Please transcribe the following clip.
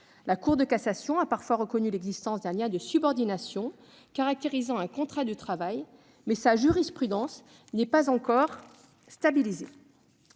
La Cour de cassation a parfois reconnu l'existence d'un lien de subordination caractérisant un contrat de travail, mais sa jurisprudence n'est pas encore stabilisée.